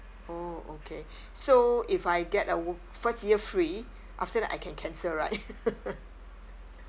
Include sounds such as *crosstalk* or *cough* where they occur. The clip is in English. orh okay so if I get uh on~ first year free after that I can cancel right *laughs*